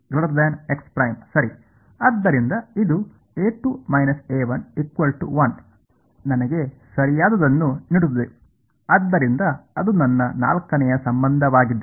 ಆದ್ದರಿಂದ ಇದು ನನಗೆ ಸರಿಯಾದದನ್ನು ನೀಡುತ್ತದೆ ಆದ್ದರಿಂದ ಅದು ನನ್ನ ನಾಲ್ಕನೇ ಸಂಬಂಧವಾಗಿದೆ